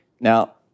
Now